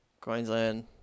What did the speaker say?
Queensland